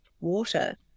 water